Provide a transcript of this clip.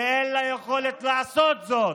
ואין לה יכולת לעשות זאת.